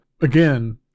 again